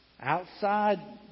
outside